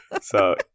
So-